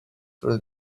for